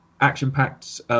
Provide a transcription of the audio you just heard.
action-packed